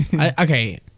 Okay